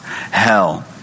Hell